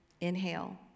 Inhale